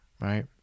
right